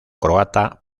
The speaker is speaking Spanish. croata